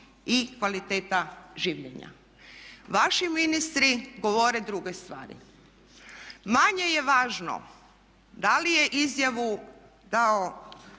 i kvaliteta življenja. Vaši ministri govore druge stvari. Manje je važno da li je izjavu dao